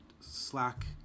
Slack